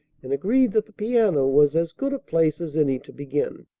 and agreed that the piano was as good a place as any to begin.